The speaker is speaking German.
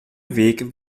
weg